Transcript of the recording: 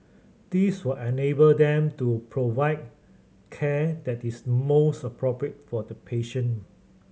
this will enable them to provide care that is most appropriate for the patient